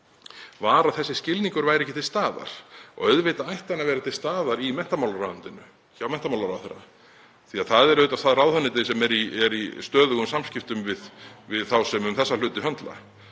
var að þessi skilningur væri ekki til staðar. Auðvitað ætti hann að vera til staðar í menntamálaráðuneytinu, hjá menntamálaráðherra, því það er auðvitað það ráðuneyti sem er í stöðugum samskiptum við þá sem höndla